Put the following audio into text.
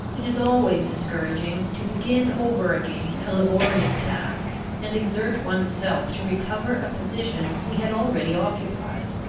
it is always discouraging, to begin over again a laborious task, and exert one's self to recover a position we had already occupied.